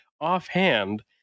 offhand